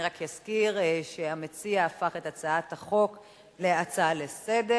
אני רק אזכיר שהמציע הפך את הצעת החוק להצעה לסדר-היום.